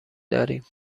داریم